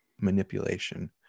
manipulation